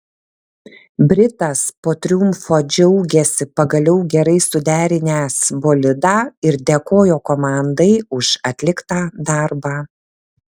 britas po triumfo džiaugėsi pagaliau gerai suderinęs bolidą ir dėkojo komandai už atliktą darbą